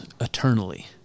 eternally